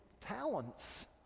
talents